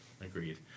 Agreed